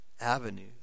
avenues